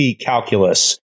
calculus